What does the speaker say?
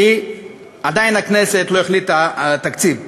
כי עדיין הכנסת לא החליטה על התקציב.